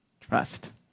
trust